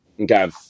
okay